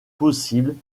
possibles